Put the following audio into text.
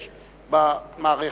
יש במערכת.